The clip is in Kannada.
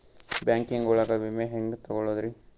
ಬ್ಯಾಂಕಿಂಗ್ ಒಳಗ ವಿಮೆ ಹೆಂಗ್ ತೊಗೊಳೋದ್ರಿ?